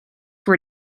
were